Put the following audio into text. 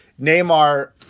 Neymar